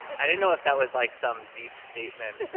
i didn't know if that was, like, some deep statement.